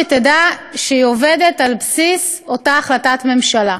תדע שהיא עובדת על בסיס אותה החלטת ממשלה.